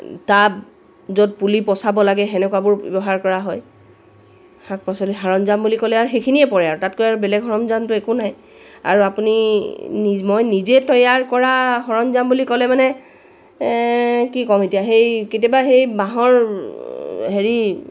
tub য'ত পুলি পঁচাব লাগে তেনেকুৱাবোৰ ব্যৱহাৰ কৰা হয় শাক পাচলি সৰঞ্জাম বুলি ক'লে আৰু সেইখিনিয়ে পৰে আৰু তাতকৈ আৰু বেলেগ সৰঞ্জামতো একো নাই আৰু আপুনি নিজ মই নিজে তৈয়াৰ কৰা সৰঞ্জাম বুলি ক'লে মানে এই কি ক'ম এতিয়া সেই কেতিয়াবা সেই বাঁহৰ হেৰি